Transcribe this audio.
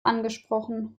angesprochen